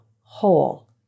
whole